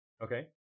Okay